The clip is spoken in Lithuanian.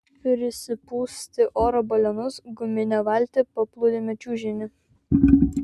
prisipūsti oro balionus guminę valtį paplūdimio čiužinį